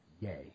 Yay